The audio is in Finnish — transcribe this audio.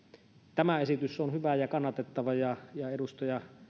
tämä esitys on hyvä ja kannatettava ja ja edustaja